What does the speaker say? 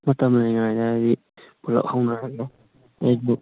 ꯃꯇꯝ ꯂꯩꯔꯤꯉꯩꯗ ꯍꯥꯏꯗꯤ ꯄꯨꯂꯞ ꯍꯧꯅꯔꯒ ꯃꯤꯗꯣ